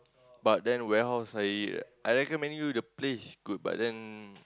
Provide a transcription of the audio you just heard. but then warehouse I I recommend you the place is good but then